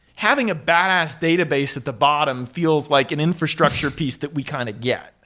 having a badass database at the bottom feels like an infrastructure piece that we kind of get